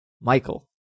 Michael